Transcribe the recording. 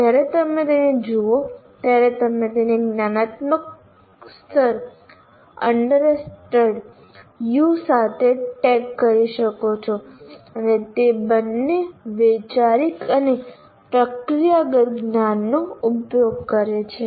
જ્યારે તમે તેને જુઓ ત્યારે તમે તેને જ્ઞાનાત્મકસ્તર અન્ડરસ્ટેન્ડ યુ સાથે ટેગ કરી શકો છો અને તે બંને વૈચારિક અને પ્રક્રિયાગત જ્ઞાનનો ઉપયોગ કરે છે